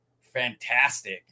fantastic